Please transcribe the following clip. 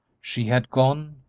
she had gone,